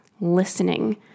listening